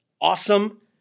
awesome